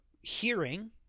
hearing